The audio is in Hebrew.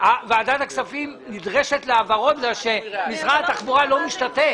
ועדת הכספים נדרשת להעברות כי משרד התחבורה לא משתתק.